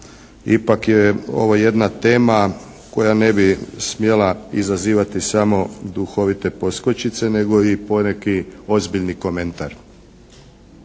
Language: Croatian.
ipak je ovo jedna tema koja ne bi smjela izazivati samo duhovite poskočice nego i poneki ozbiljni komentar.